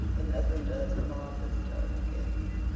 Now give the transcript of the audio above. the messengers from our sister and the king.